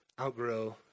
outgrow